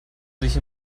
sich